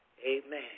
Amen